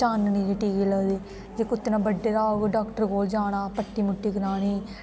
चाननी दे टीके लगदे जे कुत्ते ने बड्ढे दा होग डाॅक्टर कोल जाना पट्टी करानी